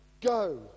Go